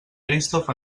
eristoff